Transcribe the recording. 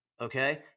Okay